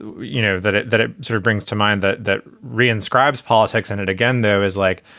you know, that it that it sort of brings to mind that that re inscribes politics. and it again, though, is like